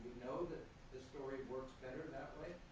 know that the story works better that way?